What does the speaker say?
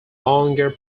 longer